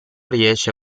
riesce